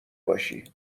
باشی